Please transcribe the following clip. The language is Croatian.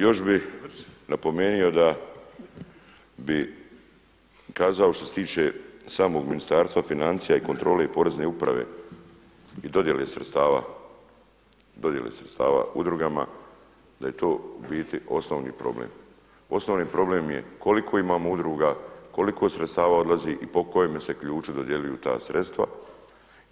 Još bi napomenuo da bi kazao što se tiče samog Ministarstva financija i kontrole Porezne uprave i dodjele sredstava udrugama, da je to u biti osnovni problem. osnovni problem je koliko imamo udruga, koliko sredstava odlazi i po kojemu se ključu dodjeljuju ta sredstva